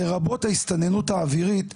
לרבות ההסתננות האווירית,